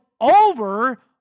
over